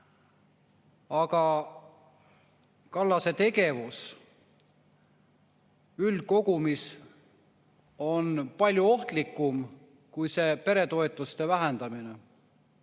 aga Kallase tegevus üldkogumis on palju ohtlikum kui see peretoetuste vähendamine.